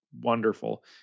wonderful